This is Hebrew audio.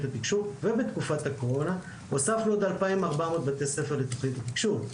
התקשוב ובתקופת הקורונה הוספנו עוד 2,400 בתי ספר לתוכנית התקשוב.